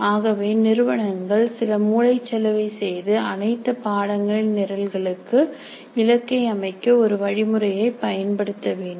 ஆகவே நிறுவனங்கள் சில மூளைச்சலவை செய்து அனைத்து பாடங்களின் நிரல்களுக்கு இலக்கை அமைக்க ஒரு வழிமுறையை பயன்படுத்த வேண்டும்